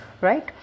right